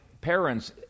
parents